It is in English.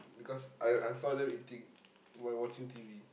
because I I saw them eating while watching T_V